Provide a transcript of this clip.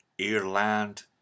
Ireland